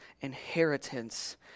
inheritance